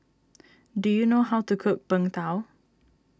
do you know how to cook Png Tao